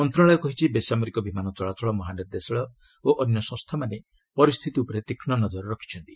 ମନ୍ତ୍ରଣାଳୟ କହିଛି ବେସାମରିକ ବିମାନ ଚଳାଚଳ ମହା ନିର୍ଦ୍ଦେଶାଳୟ ଓ ଅନ୍ୟ ସଂସ୍ଥାମାନେ ପରିସ୍ଥିତି ଉପରେ ତୀକ୍ଷ୍ନ ନଜର ରଖିଛନ୍ତି